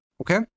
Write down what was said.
Okay